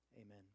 Amen